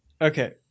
Okay